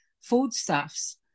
foodstuffs